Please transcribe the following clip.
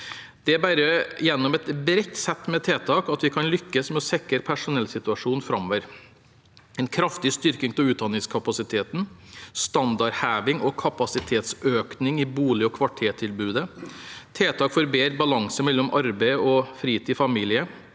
saker bare gjennom et bredt sett med tiltak at vi kan lykkes med å sikre personellsituasjonen framover – en kraftig styrking av utdanningskapasiteten, standardheving og kapasitetsøkning i bolig- og kvartertilbudet, tiltak for bedre balanse mellom arbeid og fritid/familie,